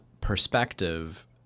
perspective